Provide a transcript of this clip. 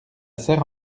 serre